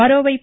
మరోవైపు